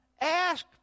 Ask